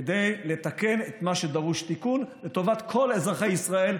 כדי לתקן את מה שדרוש תיקון לטובת כל אזרחי ישראל,